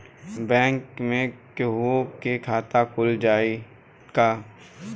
Bank में केहूओ के खाता खुल जाई का?